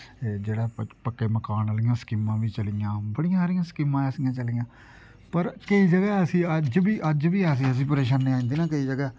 जेह्ड़ा पक्के मकान आह्लियां स्कीमां बी चलियां बड़ियां सारियां स्कीमां ऐसियां चलियां पर केईं जगह् ऐसी अज्ज बी अज्ज बी ऐसी ऐसी परेशानी आई जंदी ना केईं जगह्